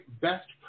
best